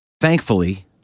Thankfully